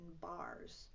bars